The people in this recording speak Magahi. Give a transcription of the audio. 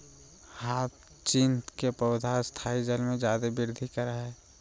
ह्यचीन्थ के पौधा स्थायी जल में जादे वृद्धि करा हइ